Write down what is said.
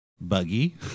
buggy